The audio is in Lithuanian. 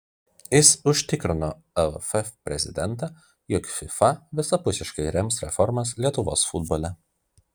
jis užtikrino lff prezidentą jog fifa visapusiškai rems reformas lietuvos futbole